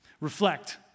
Reflect